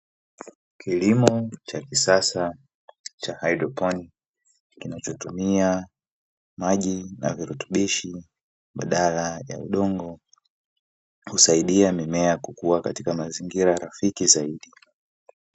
Kilimo cha kisasa cha haidroponi kinachotumia maji na virutubishi badala ya udongo, husaidia mimea kukua katika mazingira rafiki zaidi.